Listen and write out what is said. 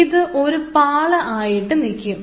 ഇത് ഒരു പാള ആയിട്ട് നിക്കും